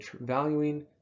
valuing